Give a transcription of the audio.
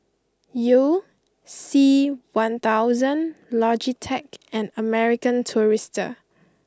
you C one thousand Logitech and American Tourister